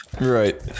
Right